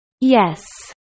Yes